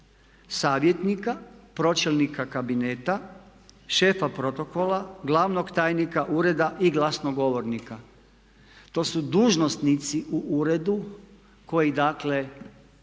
savjetnika, pročelnika kabineta, šefa protokola, glavnog tajnika ureda i glasnogovornika. To su dužnosnici u uredu koji dakle nisu